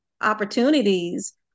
opportunities